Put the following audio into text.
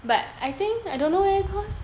but I think I don't know leh cause